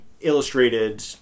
illustrated